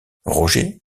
roger